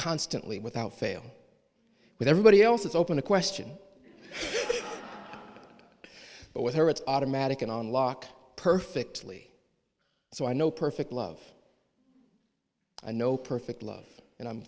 constantly without fail with everybody else is open to question but with her it's automatic and on lock perfectly so i know perfect love i know perfect love and i'm